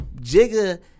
Jigga